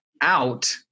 out